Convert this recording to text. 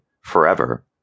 forever